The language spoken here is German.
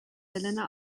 helena